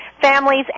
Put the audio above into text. families